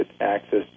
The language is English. access